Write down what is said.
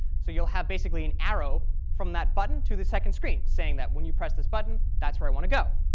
so you'll have basically an arrow from that button to the second screen saying that when you press this button that's where i want to go.